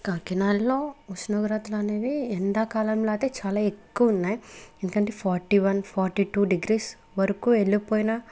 కాకినాడలో ఉష్ణోగ్రత్తలనేవీ ఎండాకాలం లాతే చాలా ఎక్కువున్నాయ్ ఎందుకంటే forty one forty two degrees వరకు వెల్లిపోయిన